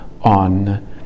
on